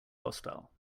hostile